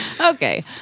okay